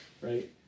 right